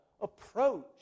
approach